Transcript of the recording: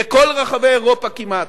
בכל רחבי אירופה כמעט,